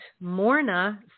Morna